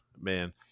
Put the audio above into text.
man